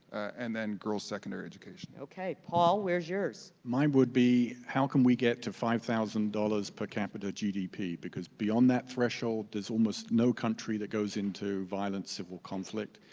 and then girls' secondary education. okay, paul, where's yours? mine would be how can we get to five thousand dollars per capita gdp because beyond that threshold, there's almost no country that goes into violent civil conflict,